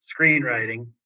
screenwriting